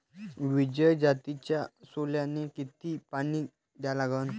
विजय जातीच्या सोल्याले किती पानी द्या लागन?